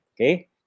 Okay